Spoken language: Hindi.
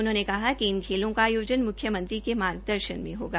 उन्होंने कहा कि इन खेलों का आयोजन मुख्यमंत्री के मार्गदर्शन में होगा